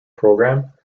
programme